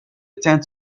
attend